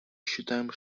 считаем